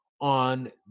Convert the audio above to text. on